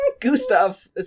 Gustav